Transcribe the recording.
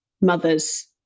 mothers